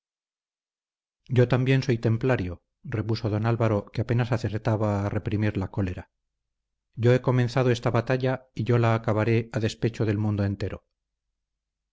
yo también soy templario repuso don álvaro que apenas acertaba a reprimir la cólera yo he comenzado esta batalla y yo la acabaré a despecho del mundo entero